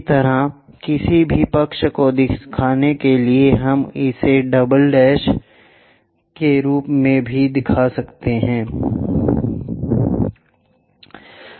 इसी तरह किसी भी पक्ष को देखने के लिए हम इसे डबल के रूप में दिखाएंगे